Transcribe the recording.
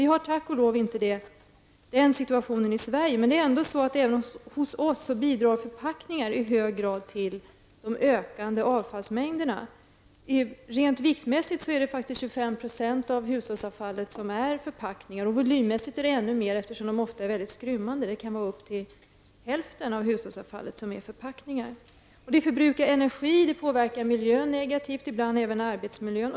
Vi har tack och lov inte den situationen i Sverige, men även hos oss bidrar förpackningarna i hög grad till de ökande avfallsmängderna. Rent viktmässigt är faktiskt 25 % av hushållsavfallen förpackningar. Volymmässigt är det ännu mera, eftersom avfallet ofta är väldigt skrymmande. Upp till hälften av hushållsavfallet kan vara förpackningar. Det förbrukar energi, det påverkar miljön negativt och ibland även arbetsmiljön.